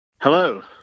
Hello